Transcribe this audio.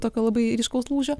tokio labai ryškaus lūžio